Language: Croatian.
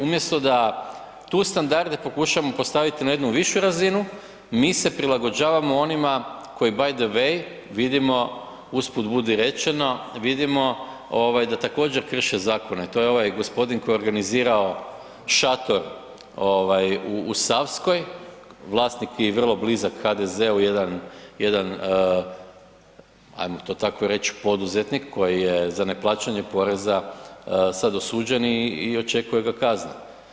Umjesto da tu standarde pokušamo postaviti na jednu višu razinu, mi se prilagođavamo onima koji btw. vidimo usput budi rečeno, vidimo da također krše zakone, to je ovaj gospodin koji je organizirao šator u Savskoj, vlasnik i blizak HDZ-u, jedan ajmo to tako reći poduzetnik koji je za neplaćanje poreza sad osuđen i očekuje ga kazna.